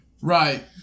Right